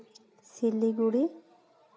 Siliguri